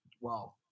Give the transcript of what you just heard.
Wow